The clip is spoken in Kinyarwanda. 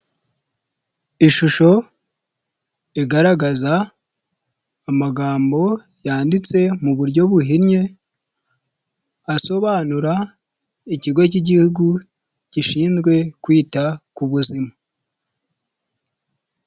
Ishusho igaragaza amagambo yanditse mu buryo buhinnye asobanura ikigo cy' igihugu gishinzwe kwita ku buzima.